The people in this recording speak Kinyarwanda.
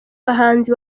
bahanzi